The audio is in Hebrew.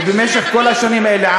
ובמשך כל השנים האלה,